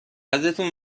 ازتون